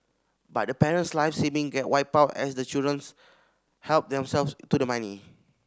but the parent's life saving get wiped out as the children help themselves to the money